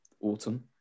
autumn